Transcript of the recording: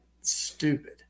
Stupid